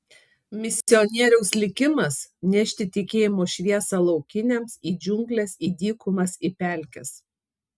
misionieriaus likimas nešti tikėjimo šviesą laukiniams į džiungles į dykumas į pelkes